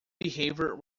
behavior